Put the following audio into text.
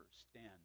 stand